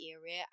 area